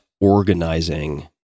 organizing